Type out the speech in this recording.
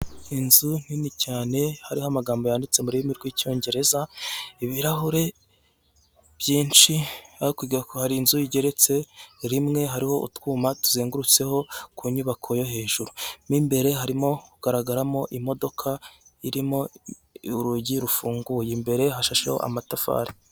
Inzu nini cyane hariho amagambo yanditse mu rurimi rw'icyongereza, ibirahure byinshi, hakurya hari inzu igeretse rimwe hariho utwuma duzengurutseho ku nyubako yo hejuru, mu imbere harimo kugaragaramo imodoka irimo urugi rufunguye, imbere yashasheho amatafari.